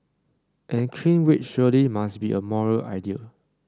and clean wage surely must be a moral idea